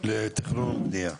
לתכנון ובנייה.